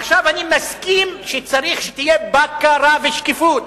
עכשיו, אני מסכים שתהיה בקרה ושקיפות,